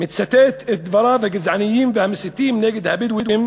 אצטט את דבריו הגזעניים והמסיתים נגד הבדואים